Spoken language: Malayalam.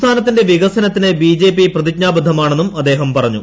സംസ്ഥാനത്തിന്റെ വികസനത്തിന് ബിജെപി പ്രതിജ്ഞാബദ്ധമാണെന്നും അദ്ദേഹം പറഞ്ഞു